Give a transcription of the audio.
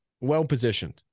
well-positioned